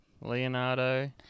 Leonardo